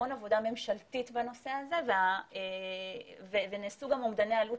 המון עבודה ממשלתית בנושא הזה ונעשו גם אומדני עלות